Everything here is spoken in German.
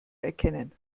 erkennen